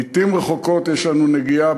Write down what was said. לעתים רחוקות יש לנו נגיעה,